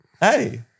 hey